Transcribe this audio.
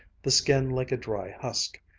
the skin like a dry husk.